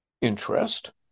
interest